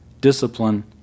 discipline